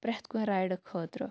پرٮ۪تھ کُنہِ رایِڈِ خٲطرٕ